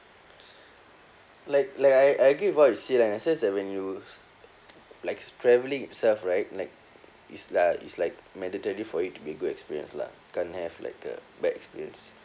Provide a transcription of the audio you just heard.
like like I I agree what you say lah in the sense that when you likes travelling itself right like is like is like mandatory for it to be a good experience lah can't have like a bad experience